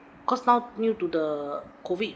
because now due to the COVID